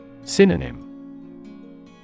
Synonym